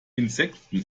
insekten